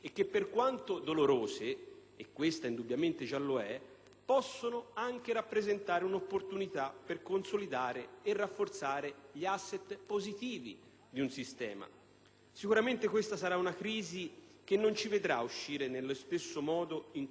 (e questa indubbiamente già lo è), possano rappresentare un'opportunità per rafforzare e consolidare gli *asset* positivi di un sistema. Sicuramente questa sarà una crisi che non ci vedrà uscire nello stesso modo in cui ci siamo entrati.